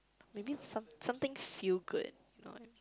maybe some something feel good you know